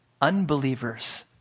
unbelievers